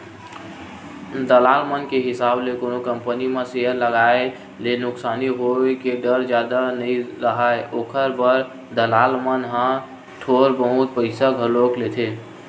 दलाल मन के हिसाब ले कोनो कंपनी म सेयर लगाए ले नुकसानी होय के डर जादा नइ राहय, ओखर बर दलाल मन ह थोर बहुत पइसा घलो लेथें